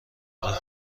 بود